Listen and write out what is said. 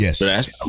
yes